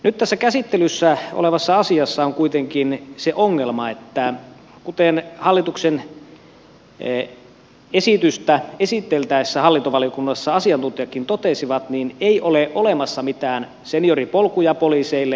nyt tässä käsittelyssä olevassa asiassa on kuitenkin se ongelma kuten hallituksen esitystä esiteltäessä hallintovaliokunnassa asiantuntijatkin totesivat että ei ole olemassa mitään senioripolkuja poliiseille